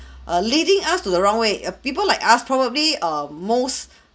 err leading us to the wrong way err people like us probably um most